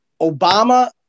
Obama